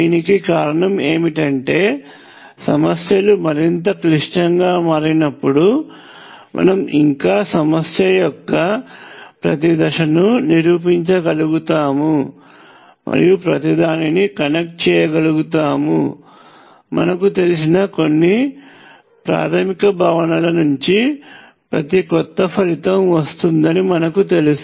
దీనికి కారణం ఏమిటంటే సమస్యలు మరింత క్లిష్టంగా మారినప్పుడు మనము ఇంకా సమస్య యొక్క ప్రతి దశను నిరూపించగలుగుతాము మరియు ప్రతి దానిని కనెక్ట్ చేయగలుగుతాము మనకు తెలిసిన కొన్ని ప్రాథమిక భావనల నుంచి ప్రతి క్రొత్త ఫలితం వస్తుందని మనకు తెలుసు